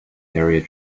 area